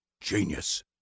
Genius